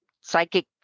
psychic